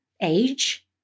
age